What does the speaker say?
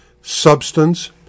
substance